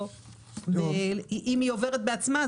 או אם היא עוברת בעצמה,